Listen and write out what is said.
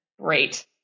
Great